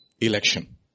election